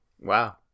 Wow